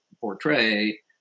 portray